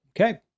Okay